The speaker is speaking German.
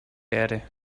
erde